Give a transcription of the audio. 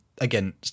again